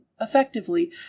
effectively